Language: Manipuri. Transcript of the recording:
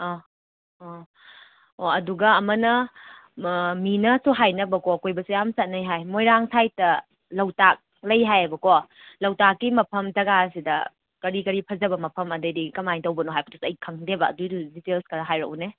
ꯑ ꯑ ꯑꯣ ꯑꯗꯨꯒ ꯑꯃꯅ ꯃꯤꯅꯁꯨ ꯍꯥꯏꯅꯕꯀꯣ ꯀꯣꯏꯕꯁꯨ ꯌꯥꯝꯅ ꯆꯠꯅꯩ ꯍꯥꯏ ꯃꯣꯏꯔꯥꯡ ꯁꯥꯏꯠꯇ ꯂꯣꯛꯇꯥꯛ ꯂꯩ ꯍꯥꯏꯌꯦꯕꯀꯣ ꯂꯣꯛꯇꯥꯛꯀꯤ ꯃꯐꯝ ꯖꯒꯥꯁꯤꯗ ꯀꯔꯤ ꯀꯔꯤ ꯐꯖꯕ ꯃꯐꯝ ꯑꯗꯨꯗꯒꯤꯗꯤ ꯀꯃꯥꯏꯅ ꯇꯧꯕꯅꯣ ꯍꯥꯏꯕꯗꯨꯁꯨ ꯑꯩ ꯈꯪꯗꯦꯕ ꯑꯗꯨꯒꯤꯗꯨꯁꯨ ꯗꯤꯇꯦꯜꯁ ꯈꯔ ꯍꯥꯏꯔꯛꯎꯅꯦ